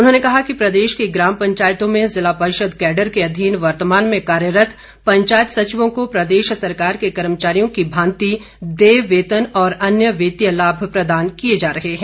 उन्होंने कहा कि प्रदेश की ग्राम पंचायतों में जिला परिषद कैडर के अधीन वर्तमान में कार्यरत पंचायत सचिवों को प्रदेश सरकार के कर्मचारियों की भांति देय वेतन और अन्य वित्तीय लाभ प्रदान किए जा रहे हैं